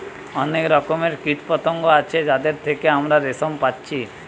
অনেক রকমের কীটপতঙ্গ আছে যাদের থিকে আমরা রেশম পাচ্ছি